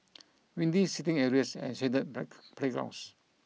windy seating areas and shaded break playgrounds